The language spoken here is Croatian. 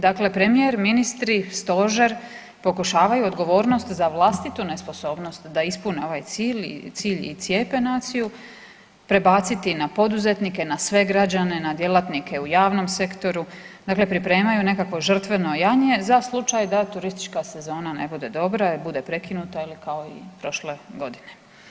Dakle, premijer, ministri, stožer, pokušavaju odgovornost za vlastitu nesposobnost da ispune ovaj cilj i cijepe naciju prebaciti na poduzetnike, na sve građane, na djelatnike u javnom sektoru, dakle pripremaju nekakvo žrtveno janje za slučaj da turistička sezona ne bude dobra jer bude prekinuta ili kao i prošle godine.